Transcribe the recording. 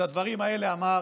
את הדברים האלה אמר